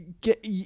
Get